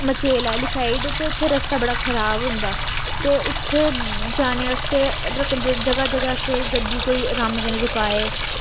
मचेल आह्ली साइड ते उत्थें रास्ता बड़ा खराब होंदा ते उत्थें जाने आस्तै रखदे जगह् जगह् असें गड्डी कन्नै अरामै कन्नै रुकाए